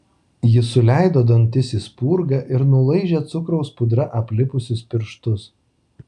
ji suleido dantis į spurgą ir nulaižė cukraus pudra aplipusius pirštus